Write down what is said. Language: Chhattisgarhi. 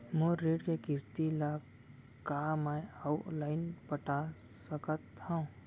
मोर ऋण के किसती ला का मैं अऊ लाइन पटा सकत हव?